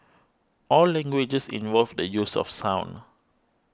all languages involve the use of sound